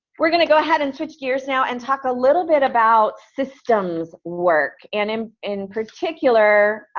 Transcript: we're going to go ahead and switch gears now, and talk a little bit about systems work. and and in particular,